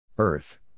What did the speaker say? Earth